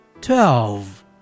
Twelve